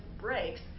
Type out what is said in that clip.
breaks